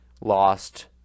lost